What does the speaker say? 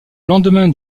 lendemain